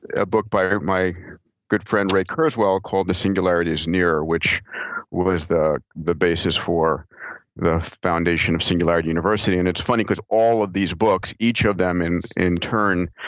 a book by my good friend ray kurzweil called the singularity is near, which was the the basis for the foundation of singularity university. and it's funny because all of these books, each of them, in in turn,